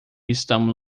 estamos